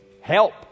help